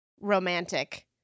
romantic